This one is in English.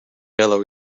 yellow